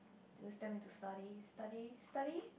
always tell me to study study study